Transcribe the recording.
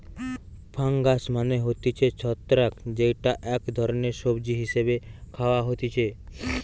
fungus মানে হতিছে ছত্রাক যেইটা এক ধরণের সবজি হিসেবে খাওয়া হতিছে